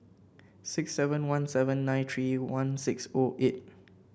six seven one seven nine three one six O eight